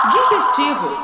Digestivo